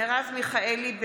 (קוראת בשם חברת הכנסת) מרב מיכאלי,